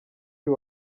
uyu